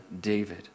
David